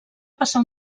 passar